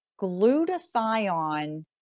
Glutathione